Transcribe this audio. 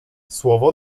słowo